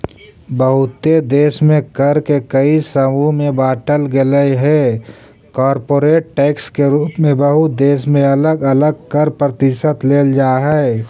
बहुते देश में कर के कई समूह में बांटल गेलइ हे कॉरपोरेट टैक्स के रूप में बहुत देश में अलग अलग कर प्रतिशत लेल जा हई